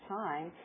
time